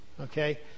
okay